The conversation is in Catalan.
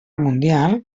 mundial